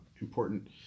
important